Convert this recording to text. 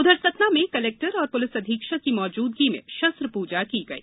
उधर सतना में कलेक्टर और पुलिस अधीक्षक की मौजूदगी में शस्त्र प्रजा की गई